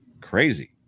Crazy